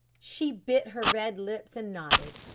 she bit her red lips and nodded,